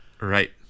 Right